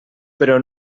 però